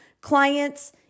clients